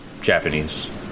Japanese